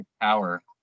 power